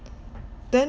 then